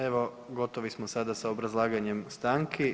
Evo gotovi smo sada sa obrazlaganjem stanki.